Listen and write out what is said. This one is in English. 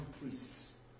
priests